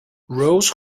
rose